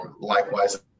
likewise